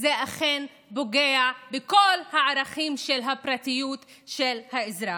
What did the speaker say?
זה אכן פוגע בכל הערכים של הפרטיות של האזרח.